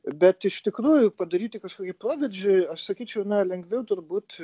bet iš tikrųjų padaryti kažkokį proveržį aš sakyčiau na lengviau turbūt